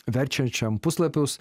verčiančiam puslapius